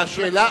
השאלה,